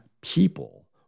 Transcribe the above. people